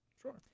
Sure